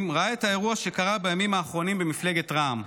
ראה את האירוע שקרה בימים האחרונים במפלגת רע"מ.